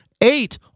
eight